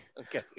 Okay